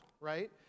right